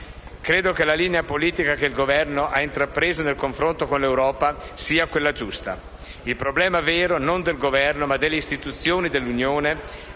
Credo che la linea politica che il Governo ha intrapreso nel confronto con l'Europa sia quella giusta. Il problema vero, non del Governo ma delle istituzioni dell'Unione,